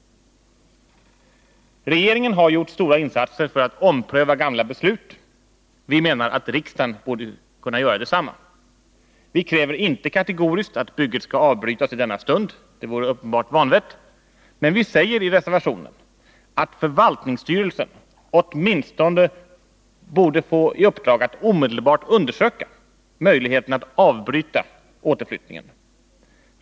Regeringen har gjort stora insatser för att ompröva gamla beslut. Vi menar att riksdagen borde kunna göra detsamma. Vi kräver inte kategoriskt att bygget skall avbrytas i denna stund — det vore ett uppenbart vanvett. Men vi säger i reservationen att förvaltningsstyrelsen borde få i uppdrag att omedelbart undersöka möjligheterna att avbryta återflyttningen.